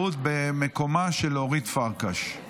שידורים בביטחון המדינה (הוראת שעה,